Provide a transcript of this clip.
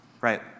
Right